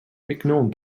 mignon